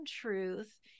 truth